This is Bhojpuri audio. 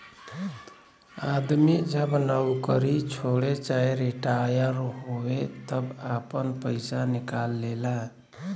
आदमी जब नउकरी छोड़े चाहे रिटाअर होए तब आपन पइसा निकाल लेला